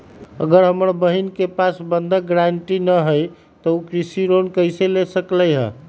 अगर हमर बहिन के पास बंधक गरान्टी न हई त उ कृषि ऋण कईसे ले सकलई ह?